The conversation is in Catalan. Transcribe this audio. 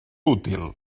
útil